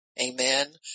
Amen